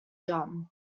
john